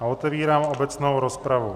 Otevírám obecnou rozpravu.